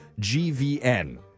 GVN